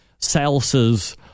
salsas